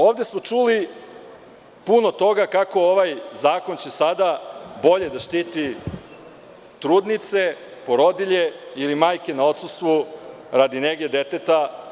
Ovde smo čuli puno toga kako će ovaj zakon sada bolje da štiti trudnice, porodilje ili majke na odsustvu radi nege deteta.